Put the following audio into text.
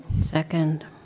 Second